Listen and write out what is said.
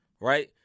right